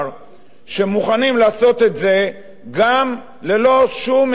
שמוכנים לעשות את זה גם ללא שום הסדר,